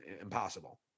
impossible